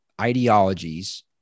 ideologies